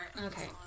Okay